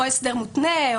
או הסדר מותנה,